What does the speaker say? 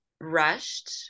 rushed